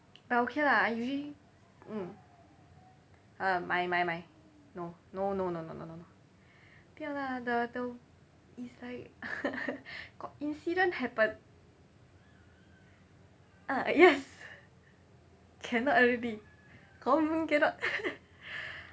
but okay lah I usually mm uh mai mai mai no no no no no no no 不要 lah the the it's like got incident happen ah yes cannot already confirm cannot